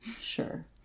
Sure